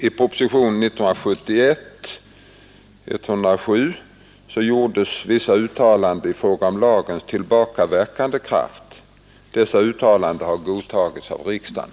I propositionen gjordes vissa uttalanden i fråga om lagens tillbakaverkande kraft. Dessa uttalanden har godtagits av riksdagen.